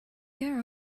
care